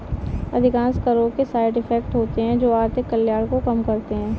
अधिकांश करों के साइड इफेक्ट होते हैं जो आर्थिक कल्याण को कम करते हैं